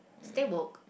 stable